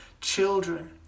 children